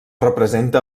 representa